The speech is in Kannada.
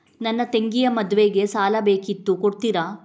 ನನ್ನ ತಂಗಿಯ ಮದ್ವೆಗೆ ಸಾಲ ಬೇಕಿತ್ತು ಕೊಡ್ತೀರಾ?